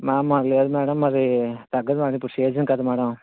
madam మాకు లేదు madam అది తగ్గదు మేడం ఇప్పుడు సీజన్ కదా మేడం